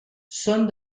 són